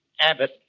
Abbott